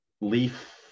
leaf